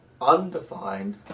undefined